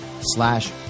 slash